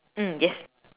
mm yes